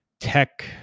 tech